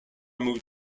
moved